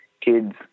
kids